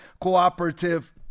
cooperative